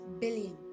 billion